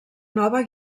nova